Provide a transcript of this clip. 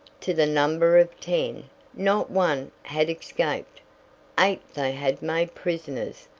to the number of ten, not one had escaped eight they had made prisoners,